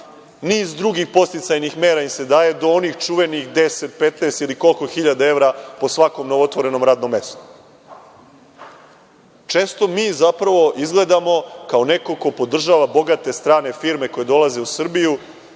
niz drugih podsticajnih mera im se daje, do onih čuvenih deset, petnaest ili koliko hiljada evra po svakom novootvorenom radnom mestu. Često mi zapravo izgledamo kao neko ko podržava bogate strane firme koje dolaze u Srbiju